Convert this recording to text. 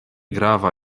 grava